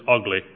ugly